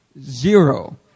zero